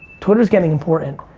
twitter's getting important.